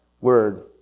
Word